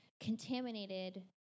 contaminated